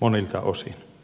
monilta osin